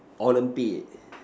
Olympics